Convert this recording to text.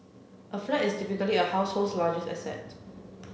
a flat is typically a household's largest asset